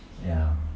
ya